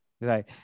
Right